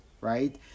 right